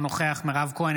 אינו נוכח מירב כהן,